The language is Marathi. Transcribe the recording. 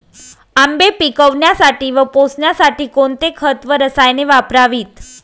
आंबे पिकवण्यासाठी व पोसण्यासाठी कोणते खत व रसायने वापरावीत?